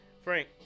Frank